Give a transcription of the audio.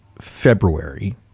february